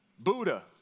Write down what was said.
Buddha